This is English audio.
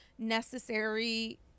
necessary